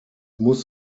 muss